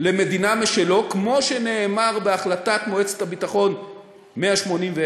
למדינה משלו, כמו שנאמר בהחלטת מועצת הביטחון 181,